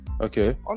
Okay